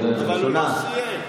הדוברת הראשונה,